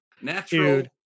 natural